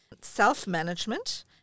self-management